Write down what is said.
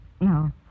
No